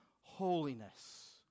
holiness